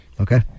Okay